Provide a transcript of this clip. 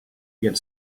get